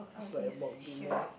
it's like about a bit more